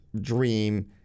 dream